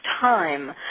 time